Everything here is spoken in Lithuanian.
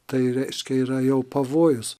tai reiškia yra jau pavojus